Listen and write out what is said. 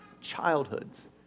childhoods